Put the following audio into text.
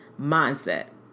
mindset